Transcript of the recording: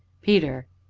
peter.